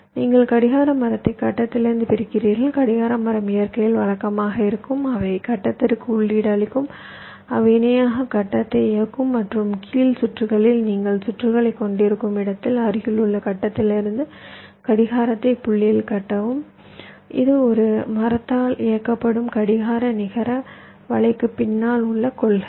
நீங்கள் கடிகார மரத்தை கட்டத்திலிருந்து பிரிக்கிறீர்கள் கடிகார மரம் இயற்கையில் வழக்கமாக இருக்கும் அவை கட்டத்திற்கு உள்ளீடு அளிக்கும் அவை இணையாக கட்டத்தை இயக்கும் மற்றும் கீழ் சுற்றுகளில் நீங்கள் சுற்றுகள் கொண்டிருக்கும் இடத்தில் அருகிலுள்ள கட்டத்திலிருந்து கடிகாரத்தைத் புள்ளியில் தட்டவும் இது ஒரு மரத்தால் இயக்கப்படும் கடிகார நிகர வலைக்கு பின்னால் உள்ள கொள்கை